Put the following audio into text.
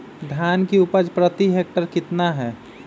धान की उपज प्रति हेक्टेयर कितना है?